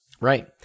Right